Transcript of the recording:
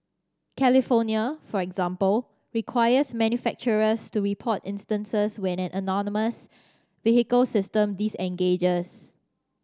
California for example requires manufacturers to report instances when an autonomous vehicle system disengages